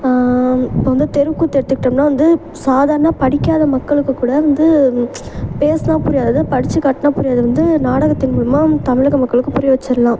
இப்போ வந்து தெருக்கூத்து எடுத்துக்கிட்டோம்ன்னா வந்து சாதாரண படிக்காத மக்களுக்கு கூட வந்து பேசினா புரியாதது படிச்சு காட்டினா புரியாதது வந்து நாடகத்தின் மூலமாக தமிழக மக்களுக்கு புரிய வச்சுர்லாம்